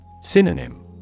Synonym